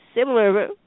similar